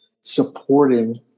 supporting